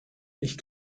ich